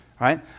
right